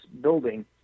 building